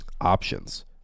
Options